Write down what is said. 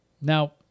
Now